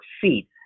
feet